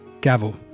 Gavel